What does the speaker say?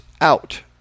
out